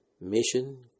Mission